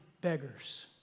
beggars